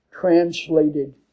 translated